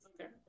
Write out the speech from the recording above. Okay